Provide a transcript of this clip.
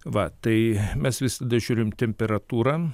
va tai mes visada žiūrim temperatūrą